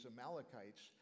Amalekites